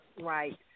right